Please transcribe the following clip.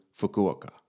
Fukuoka